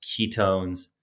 ketones